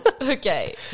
Okay